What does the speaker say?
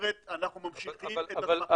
שאומרת אנחנו ממשיכים --- אבל,